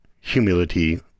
humility